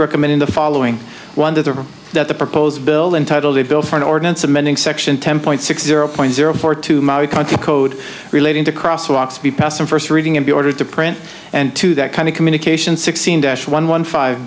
recommend in the following one that the that the proposed bill entitle the bill for an ordinance amending section ten point six zero point zero four two country code relating to cross walks be passed on first reading in the order to print and to that kind of communication sixteen dash one one five